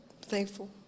Thankful